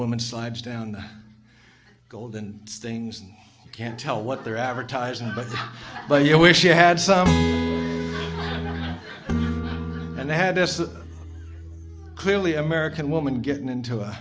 woman slides down the golden things can't tell what they're advertising but but you wish you had some and they had this clearly american woman getting into